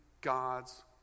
god's